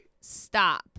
Stop